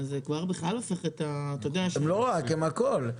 זה הופך את --- הם הכול,